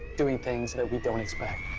doing things that we don't expect.